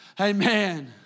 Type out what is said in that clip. Amen